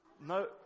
no